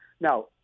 Now